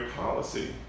policy